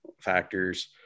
factors